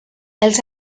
els